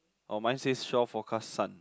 oh mine says shore forecast sun